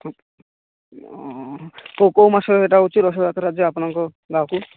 କେଉଁ କେଉଁ ମାସରେ ସେଇଟା ହେଉଛି ରଥଯାତ୍ରା ଯେ ଆପଣଙ୍କ ଗାଁକୁ